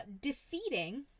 defeating